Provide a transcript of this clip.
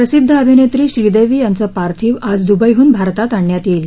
प्रसिद्ध अभिनेत्री श्रीदेवी यांचं पार्थिव आज दुबईहून भारतात आणण्यात येईल